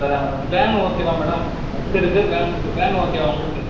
இப்போதான் madam van ஓகேவா madam bus இருக்கு வேன்யிருக்கு வேன் ஓகேவா உங்களுக்கு